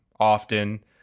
often